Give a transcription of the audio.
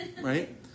right